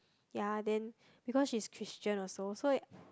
ya then because she's Christian also so it